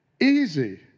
easy